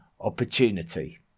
opportunity